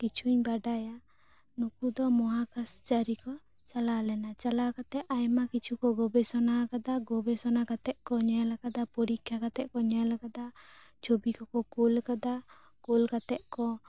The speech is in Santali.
ᱠᱤᱪᱷᱩᱧ ᱵᱟᱰᱟᱭᱟ ᱱᱩᱠᱩ ᱫᱚ ᱢᱚᱦᱟ ᱠᱟᱥ ᱪᱟᱹᱨᱤ ᱠᱚ ᱪᱟᱞᱟᱣ ᱞᱮᱱᱟ ᱪᱟᱞᱟᱣ ᱠᱟᱛᱮ ᱟᱭᱢᱟ ᱠᱤᱪᱷᱩ ᱠᱚ ᱜᱚᱵᱮᱥᱚᱱᱟ ᱠᱟᱱᱟ ᱜᱚᱵᱮᱥᱚᱱᱟ ᱠᱟᱛᱮ ᱠᱚ ᱧᱮᱞ ᱟᱠᱟᱫᱟ ᱯᱚᱨᱤᱠᱷᱟ ᱠᱟᱛᱮ ᱠᱚ ᱧᱮᱞᱟᱠᱟᱫᱟ ᱪᱷᱚᱵᱤ ᱠᱚᱠᱚ ᱡᱩᱞ ᱠᱟᱫᱟ ᱠᱩᱞ ᱠᱟᱛᱮ ᱠᱚ